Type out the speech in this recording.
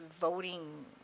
voting